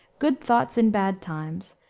good thoughts in bad times,